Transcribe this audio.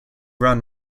run